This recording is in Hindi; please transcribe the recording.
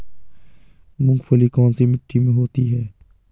मूंगफली कौन सी मिट्टी में होती है?